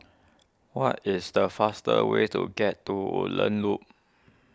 what is the fastest way to get to Woodlands Loop